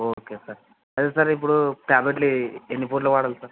okay sir అయితే sir ఇప్పుడు ట్యాబ్లెట్లు ఎన్ని పూటలు వాడాలి సార్